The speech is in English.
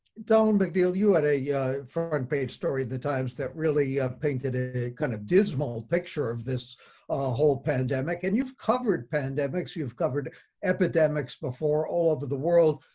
donald mcneil, you had a yeah front and page story in the times that really painted a kind of dismal picture of this whole pandemic, and you've covered pandemics. you've covered epidemics before all over the world.